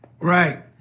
Right